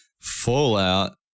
Fallout